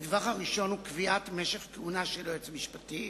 הנדבך הראשון הוא קביעת משך כהונה של יועץ משפטי.